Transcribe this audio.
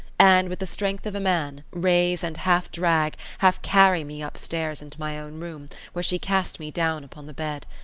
and, with the strength of a man, raise and half drag, half carry me upstairs into my own room, where she cast me down upon the bed.